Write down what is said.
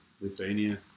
Lithuania